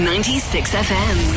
96fm